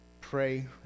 pray